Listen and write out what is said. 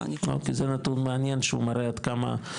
כי זה נתון מעניין שהוא מראה עד כמה,